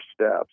steps